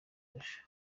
arusha